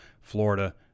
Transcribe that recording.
Florida